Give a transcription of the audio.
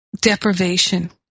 deprivation